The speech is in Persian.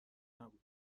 نبود